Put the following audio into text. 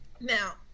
Now